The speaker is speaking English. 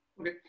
Okay